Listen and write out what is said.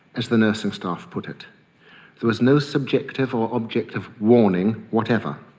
as the nursing-staff put it. there was no subjective or objective warning whatever.